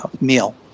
meal